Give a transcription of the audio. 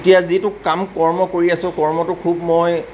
এতিয়া যিটো কাম কৰ্ম কৰি আছোঁ কৰ্মটো খুব মই